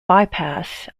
bypass